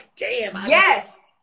yes